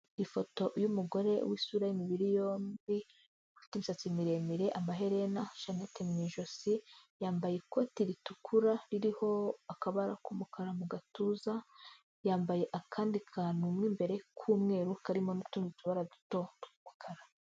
Ifoto y'umugore w'isura y'imibiri yombi ufite imisatsi miremire amaherena, shanete mu ijosi, yambaye ikote ritukura ririho akabara k'umukara mu gatuza, yambaye akandi kantu mo imbere k'umweru karimo n'utundi tubara duto tw'umukara.